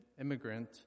Immigrant